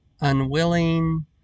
unwilling